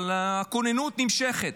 אבל הכוננות נמשכת.